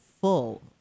full